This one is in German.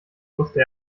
wusste